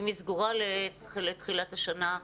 אם היא סגורה לתחילת השנה.